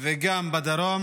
וגם בדרום.